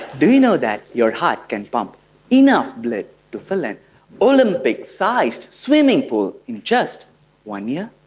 do you know that your heart can pump enough blood to fill an olympic sized swimming pool in just one year?